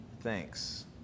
Thanks